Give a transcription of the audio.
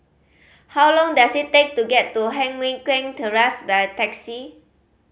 how long does it take to get to Heng Mui Keng Terrace by taxi